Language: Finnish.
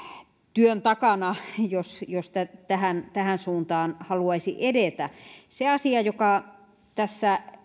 työn takana jos tähän tähän suuntaan haluaisi edetä se asia joka tässä